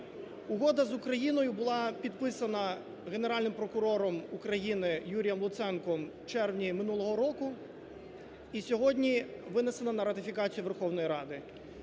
Угода з Україною була підписана Генеральним прокурором України Юрієм Луценком у червні минулого року і сьогодні винесена на ратифікацію Верховної Ради.